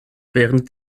während